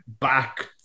back